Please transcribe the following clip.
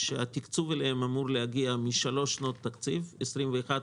שהתקצוב להן אמור להגיע משלוש שנות תקציב: 21,